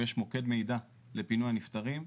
ויש מוקד מידע לפינוי הנפטרים,